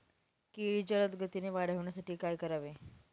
केळी जलदगतीने वाढण्यासाठी काय करावे?